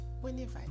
whenever